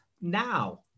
now